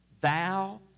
thou